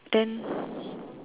ten